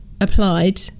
applied